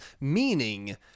meaning